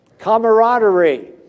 Camaraderie